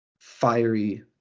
fiery